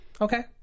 okay